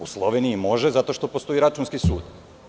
U Sloveniji može, zato što postoji računski sud.